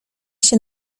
się